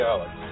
Alex